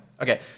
Okay